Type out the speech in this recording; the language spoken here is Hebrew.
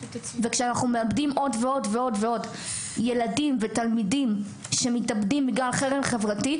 וכשאנחנו מאבדים עוד ועוד תלמידים שמתאבדים בגלל חרם חברתי,